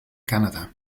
canada